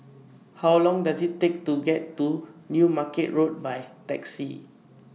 How Long Does IT Take to get to New Market Road By Taxi